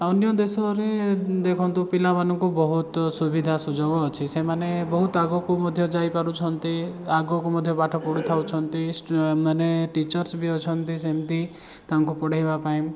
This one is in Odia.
ଅନ୍ୟ ଦେଶରେ ଦେଖନ୍ତୁ ପିଲାମାନଙ୍କୁ ବହୁତ ସୁବିଧା ସୁଯୋଗ ଅଛି ସେମାନେ ବହୁତ ଆଗକୁ ମଧ୍ୟ ଯାଇପାରୁଛନ୍ତି ଆଗୁକୁ ମଧ୍ୟ ପାଠପଢ଼ି ଥାଉଛନ୍ତି ମାନେ ଟିଚର୍ସ ବି ଅଛନ୍ତି ସେମତି ତାଙ୍କୁ ପଢ଼େଇବା ପାଇଁ